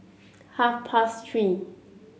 half past Three